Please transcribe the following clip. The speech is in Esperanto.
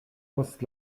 post